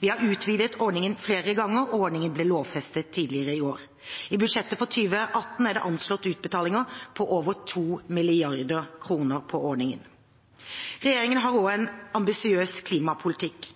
Vi har utvidet ordningen flere ganger, og ordningen ble lovfestet tidligere i år. I budsjettet for 2018 er det anslått utbetalinger på over 2 mrd. kr på ordningen. Regjeringen har også en ambisiøs klimapolitikk.